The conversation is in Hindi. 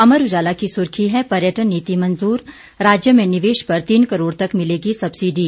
अमर उजाला की सुर्खी है पर्यटन नीति मंजूर राज्य में निवेश पर तीन करोड़ तक मिलेगी सब्सिडी